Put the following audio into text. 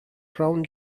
crown